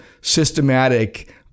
systematic